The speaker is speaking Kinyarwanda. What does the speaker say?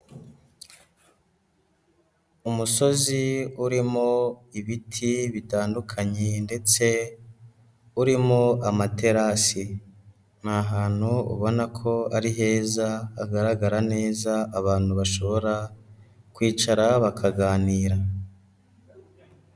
Umusozi urimo ibiti bitandukanye ndetse urimo amaterasi. Ni ahantu ubona ko ari heza, hagaragara neza abantu bashobora kwicara bakaganira.